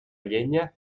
llenya